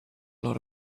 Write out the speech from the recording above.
lot